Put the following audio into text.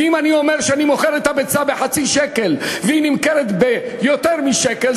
ואם אני אומר שאני מוכר את הביצה בחצי שקל והיא נמכרת ביותר משקל,